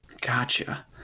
Gotcha